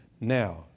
Now